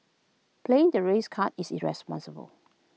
playing the race card is irresponsible